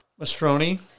Mastroni